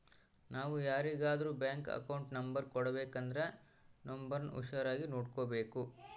ನಾವು ಯಾರಿಗಾದ್ರೂ bank account number ಕೊಡಬೇಕಂದ್ರ ನೋಂಬರ್ನ ಹುಷಾರಾಗಿ ನೋಡ್ಬೇಕು